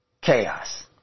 chaos